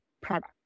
product